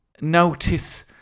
notice